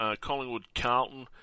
Collingwood-Carlton